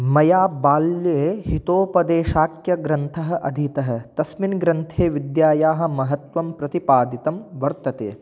मया बाल्ये हितोपदेशाख्यग्रन्थः अधीतः तस्मिन् ग्रन्थे विद्यायाः महत्त्वं प्रतिपादितं वर्तते